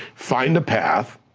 find a path,